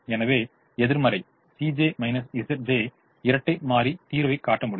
எனவே எதிர்மறை இரட்டை மாறி தீர்வைக் காட்ட முடியும்